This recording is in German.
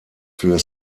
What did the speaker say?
für